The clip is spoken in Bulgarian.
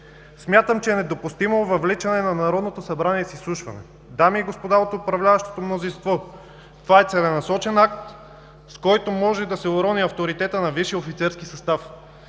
Смятам, че е недопустимо въвличане на Народното събрание с изслушване. Дами и господа от управляващото мнозинство, това е целенасочен акт, с който може да се урони авторитетът на висшия офицерски състав,